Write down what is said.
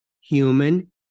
human